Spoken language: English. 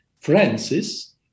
Francis